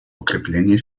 укрепление